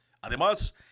Además